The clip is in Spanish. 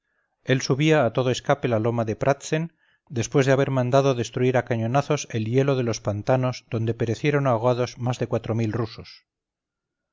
él subía a todo escape la loma de pratzen después de haber mandado destruir a cañonazos el hielo de los pantanos donde perecieron ahogados más de cuatro mil rusos